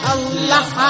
Allah